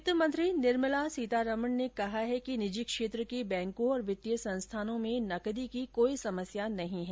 वित्त मंत्री निर्मला सीतारमन ने कहा है कि निजी क्षेत्र के बैंकों और वित्तीय संस्थानों में नकदी की कोई समस्या नहीं है